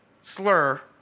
slur